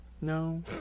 No